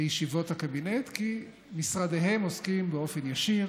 לישיבות הקבינט, כי משרדיהם עוסקים באופן ישיר